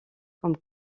comme